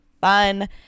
fun